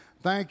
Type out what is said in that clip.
thank